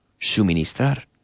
suministrar